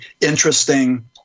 interesting